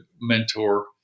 mentor